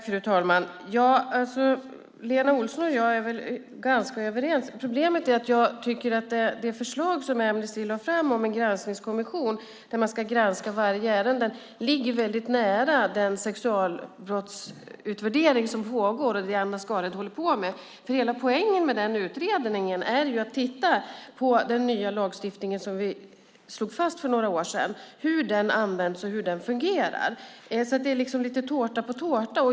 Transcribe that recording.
Fru talman! Lena Olsson och jag är väl ganska överens. Problemet är att jag tycker att det förslag Amnesty lade fram om en granskningskommission där varje ärende ska granskas ligger väldigt nära den sexualbrottsutvärdering som pågår och som Anna Skarhed håller på med. Hela poängen med den utredningen är att titta på hur den nya lagstiftning vi slog fast för några år sedan används och fungerar. Det är alltså lite tårta på tårta.